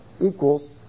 equals